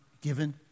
given